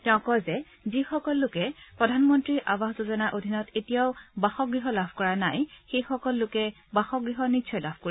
তেওঁ কয় যে যিসকল লোকে প্ৰধানমন্ত্ৰী আৱাস যোজনাৰ অধীনত এতিয়াও বাসগৃহ লাভ কৰা নাই সেইসকল লোকে বাসগৃহ নিশ্চয় লাভ কৰিব